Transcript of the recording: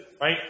right